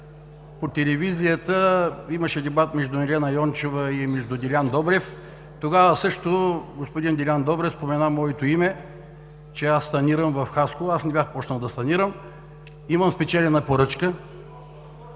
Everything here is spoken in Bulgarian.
по телевизията имаше дебат между Елена Йончева и Делян Добрев. Тогава господин Делян Добрев спомена моето име, че аз санирам в Хасково. Не бях започнал да санирам. Имам спечелена поръчка.